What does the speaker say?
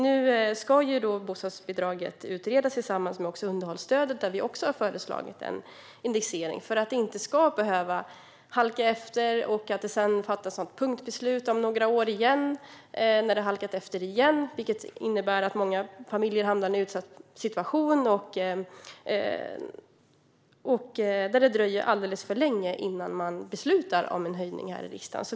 Nu ska bostadsbidraget utredas tillsammans med underhållsstödet där vi också har föreslagit en indexering för att det inte ska behöva halka efter för att sedan fattas något punktbeslut om när det halkat efter igen, då det innebär att många familjer hamnar i en utsatt situation och det dröjer alldeles för länge innan man beslutar om en höjning här i riksdagen.